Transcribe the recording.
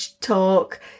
talk